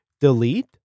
delete